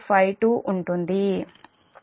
252 ఉంటుంది